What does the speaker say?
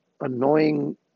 annoying